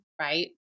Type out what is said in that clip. right